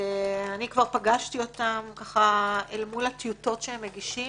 אני כבר פגשתי אותם אל מול הטיוטות שהם מגישים,